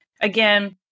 Again